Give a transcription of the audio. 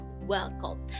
Welcome